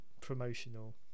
promotional